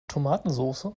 tomatensoße